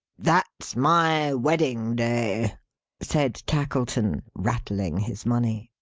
that's my wedding-day! said tackleton, rattling his money.